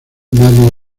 nadie